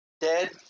dead